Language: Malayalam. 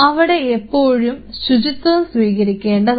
അവിടെ എപ്പോഴും ശുചിത്വം സ്വീകരിക്കേണ്ടതാണ്